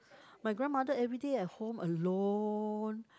my grandmother everyday at home alone